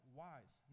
wise